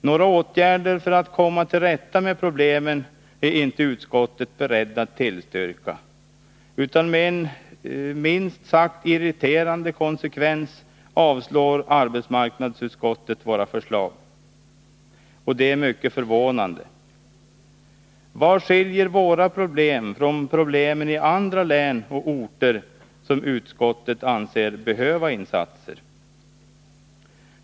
Några åtgärder för att komma till rätta med problemen är inte utskottet berett att tillstyrka, utan med en minst sagt irriterande konsekvens avstyrker arbetsmarknadsutskottet våra förslag. Detta är mycket förvånande. Vad skiljer våra problem från problemen i andra län och orter, som utskottet anser behöva insatser?